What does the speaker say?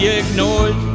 ignored